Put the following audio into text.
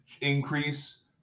increase